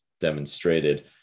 demonstrated